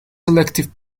selective